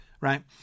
right